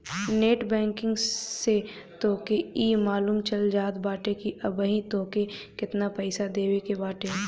net banking से तोहके इ मालूम चल जात बाटे की अबही तोहके केतना पईसा देवे के बाटे